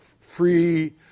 free